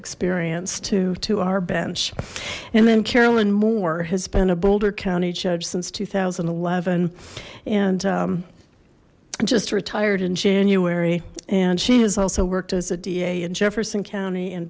experience to to our bench and then carolyn moore has been a boulder county judge since two thousand and eleven and just retired in january and she has also worked as a da in jefferson county in